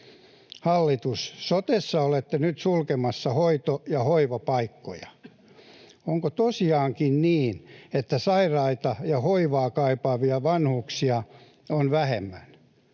Hallitus, sotessa olette nyt sulkemassa hoito- ja hoivapaikkoja. Onko tosiaankin niin, että sairaita ja hoivaa kaipaavia vanhuksia on vähemmän?